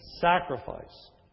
sacrifice